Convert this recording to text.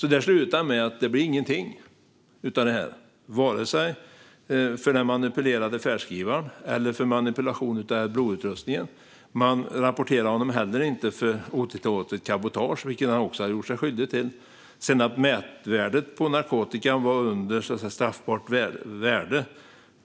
Det hela slutade med att det inte blev någonting av detta, vare sig för den manipulerade färdskrivaren eller för manipulationen av Adblue-utrustningen. Man rapporterade honom heller inte för otillåtet cabotage, vilket han också hade gjort sig skyldig till. Att mätvärdet på narkotikan låg under straffbart värde